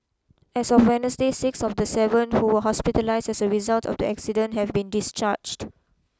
as of Wednesday six of the seven who were hospitalised as a result of the accident have been discharged